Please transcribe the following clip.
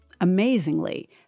Amazingly